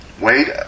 Wait